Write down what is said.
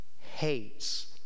hates